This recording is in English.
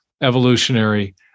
evolutionary